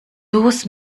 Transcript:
los